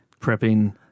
prepping